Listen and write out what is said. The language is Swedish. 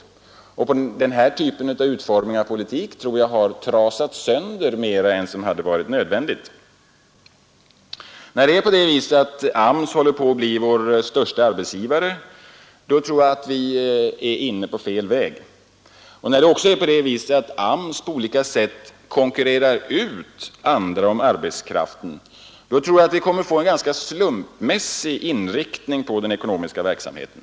Denna utformning av politiken har trasat sönder mera än som hade varit nödvändigt. När AMS håller på att bli vår största arbetsgivare är vi inne på fel väg När AMS på olika ganska slumpmässig inriktning av den ekonomiska verksamheten.